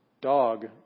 dog